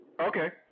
Okay